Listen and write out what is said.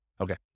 Okay